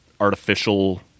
artificial